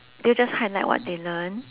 they will just highlight what they learn